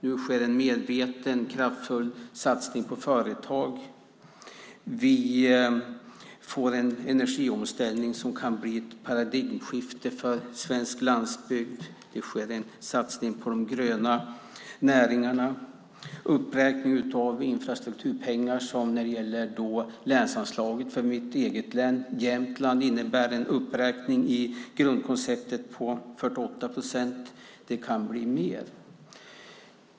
Nu sker en medveten, kraftfull satsning på företag. Vi får en energiomställning som kan bli ett paradigmskifte för svensk landsbygd. Det sker en satsning på de gröna näringarna. Uppräkningen av infrastrukturpengar när det gäller länsanslaget för mitt eget hemlän Jämtland innebär en uppräkning enligt grundkonceptet på 48 procent, och det kan bli mer.